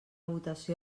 votació